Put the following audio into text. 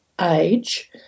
age